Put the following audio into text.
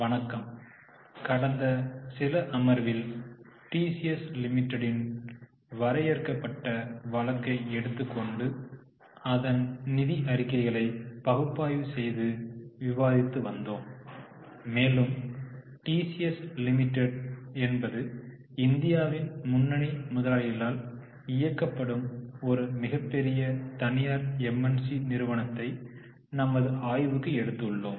வணக்கம் கடந்த சில அமர்வில் டிசிஎஸ் லிமிடெட்டின் வரையறுக்கப்பட்ட வழக்கை எடுத்துக் கொண்டு அதன் நிதி அறிக்கைகளை பகுப்பாய்வு செய்து விவாதித்து வந்தோம் மேலும் டிசிஎஸ் லிமிடெட் என்பது இந்தியாவின் முன்னணி முதலாளிகளால் இயக்கப்படும் ஒரு மிகப்பெரிய தனியார் எம்என்சி நிறுவனத்தை நமது ஆய்வுக்கு எடுத்துள்ளோம்